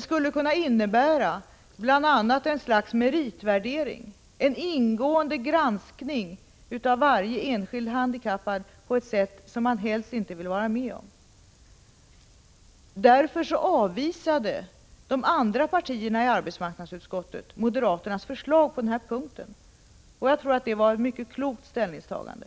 skulle bl.a. kunna innebära att vi fick ett slags meritvärdering, en ingående granskning, av varje enskild handikappad på ett sätt som man helst inte vill vara med om. De andra partierna i arbetsmarknadsutskottet avvisade därför moderaternas förslag på den här punkten. Jag tror att det var ett mycket klokt ställningstagande.